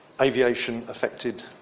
aviation-affected